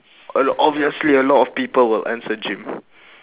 a l~ obviously a lot of people will answer gym